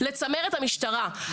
רק תוספת קטנה לסעיף 9ב',